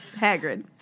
Hagrid